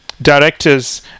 Directors